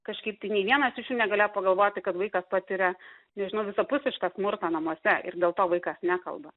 kažkaip tai nei vienas iš jų negalėjo pagalvoti kad vaikas patiria nežinau visapusišką smurtą namuose ir dėl to vaikas nekalba